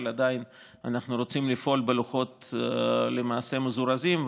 אבל עדיין אנחנו רוצים לפעול בלוחות זמנים מזורזים,